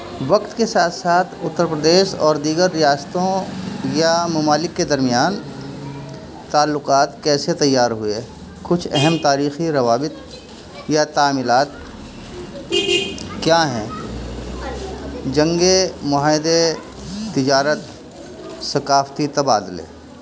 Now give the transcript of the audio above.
وقت کے ساتھ ساتھ اتر پردیش اور دیگر ریاستوں یا ممالک کے درمیان تعلقات کیسے تیار ہوئے کچھ اہم تاریخی روابط یا تعامیلات کیا ہیں جنگیں معاہدے تجارت ثقافتی تبادلے